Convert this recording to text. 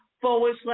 forward